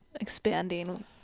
expanding